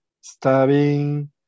stabbing